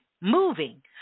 moving